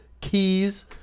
keys